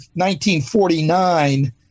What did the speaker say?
1949